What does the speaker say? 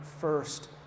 first